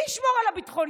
מי ישמור על הביטחוניים?